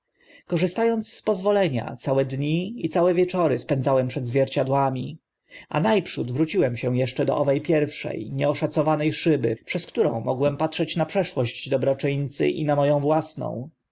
ąc z pozwolenia całe dni i wieczory spędzałem przed zwierciadłami a na przód wróciłem się eszcze do owe pierwsze nieoszacowane szyby przez którą mogłem patrzeć na przeszłość dobroczyńcy i na mo ą własną